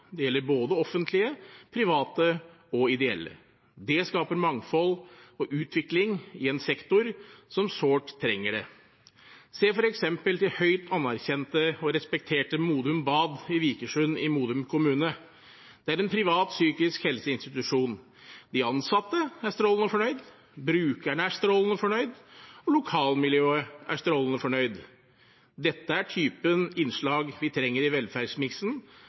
Det gjelder både offentlige, private og ideelle. Det skaper mangfold og utvikling i en sektor som sårt trenger det. Se f.eks. til høyt anerkjente og respekterte Modum Bad i Vikersund i Modum kommune. Det er en privat psykisk helseinstitusjon. De ansatte er strålende fornøyd, brukerne er strålende fornøyd, og lokalmiljøet er strålende fornøyd. Dette er typen innslag vi trenger i velferdsmiksen